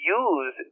use